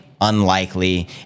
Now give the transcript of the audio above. unlikely